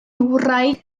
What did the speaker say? wraig